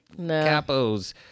Capos